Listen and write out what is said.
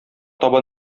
таба